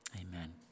Amen